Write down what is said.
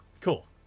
cool